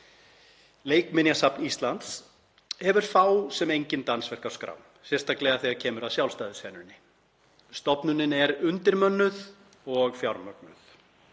Leikminjasafn Íslands, hefur fá sem engin dansverk á skrá, sérstaklega þegar kemur að sjálfstæðu senunni. Stofnunin er undirmönnuð og -fjármögnuð.“